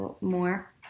more